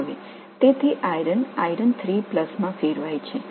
எனவே இரும்பு லிருந்து இரும்பு க்கு செல்கிறது